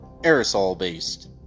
aerosol-based